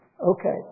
Okay